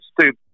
stupid